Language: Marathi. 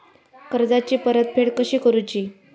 कर्जाची परतफेड कशी करूची?